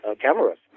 cameras